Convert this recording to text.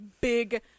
big